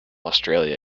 australia